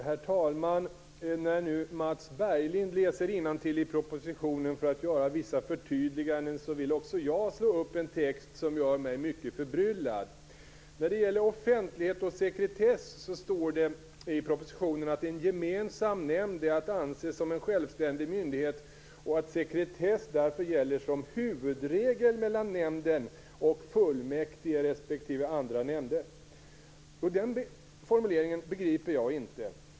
Herr talman! När nu Mats Berglind läser innantill i propositionen för att göra vissa förtydliganden vill jag slå upp en text som gör mig mycket förbryllad. När det gäller offentlighet och sekretess står det i propositionen att en gemensam nämnd är att anse som en självständig myndighet och att sekretess därför gäller som huvudregel mellan nämnden och fullmäktige respektive andra nämnder. Den formuleringen begriper jag inte.